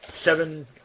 seven